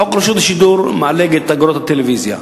חוק רשות השידור מעלה את אגרות הטלוויזיה.